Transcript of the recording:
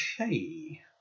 Okay